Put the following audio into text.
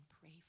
pray